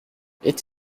est